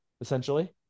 essentially